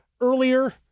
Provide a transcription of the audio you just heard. earlier